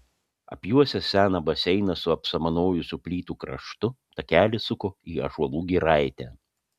apjuosęs seną baseiną su apsamanojusių plytų kraštu takelis suko į ąžuolų giraitę